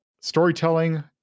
storytelling